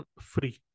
free